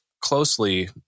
closely